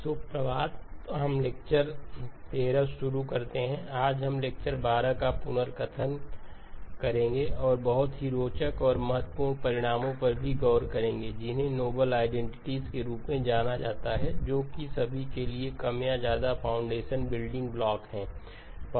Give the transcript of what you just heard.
शुभ प्रभात हम लेक्चर 13 शुरू करते हैं आज हम लेक्चर12 का पुनर्कथन करेंगे और बहुत ही रोचक और महत्वपूर्ण परिणामों पर भी गौर करेंगे जिन्हें नोबेल आईडेंटिटीज के रूप में जाना जाता है जो कि सभी के लिए कम या ज्यादा फाउंडेशन बिल्डिंग ब्लॉकहै